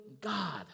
God